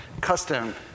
custom